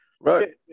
right